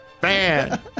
Fan